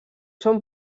són